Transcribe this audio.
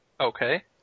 Okay